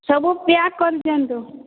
ସବୁ ପ୍ୟାକ୍ କରିଦିଅନ୍ତୁ